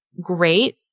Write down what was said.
great